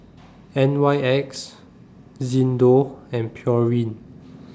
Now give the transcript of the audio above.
N Y X Xndo and Pureen